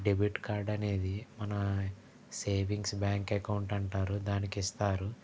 debit card అనేది మన savings bank account అంటారు దానికి ఇస్తారు